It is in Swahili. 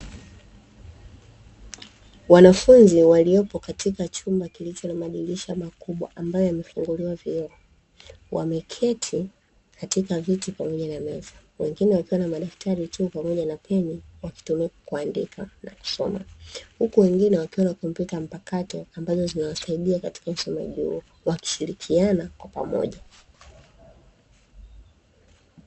Wanafunzi waliopo katika chumba kilichobadilisha makubwa ambayo yamefunguliwa vyeo wameketi katika viti pamoja na meza wengine wakiwa na madaktari chuo pamoja na peni wakitoroka kuandika na kusoma huku wengine wakiwa na computer mpakato ambazo zinawasaidia katika masomo wakishirikiana kwa pamoja.